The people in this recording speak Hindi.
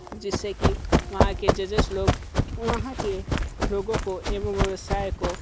जिससे की वहाँ के जजेस लोग वहाँ के लोगों को एवं व्यवसाय को